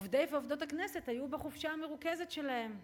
עובדי ועובדות הכנסת היו בחופשה המרוכזת שלהם.